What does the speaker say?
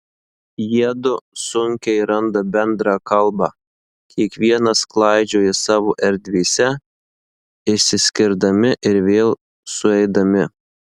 jiedu sunkiai randa bendrą kalbą kiekvienas klaidžioja savo erdvėse išsiskirdami ir vėl sueidami